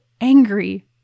angry